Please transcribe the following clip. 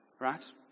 Right